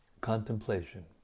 contemplation